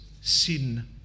Sin